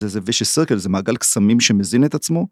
‫זה זה vicious circle, זה מעגל קסמים ‫שמזין את עצמו.